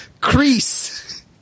Crease